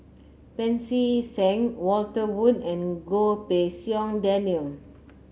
Pancy Seng Walter Woon and Goh Pei Siong Daniel